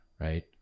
right